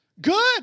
Good